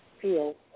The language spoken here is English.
feel